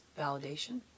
validation